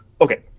Okay